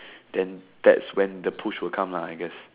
then that's when the push will come I guess